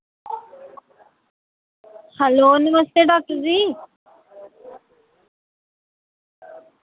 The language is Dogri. हैलो नमस्ते डॉक्टर जी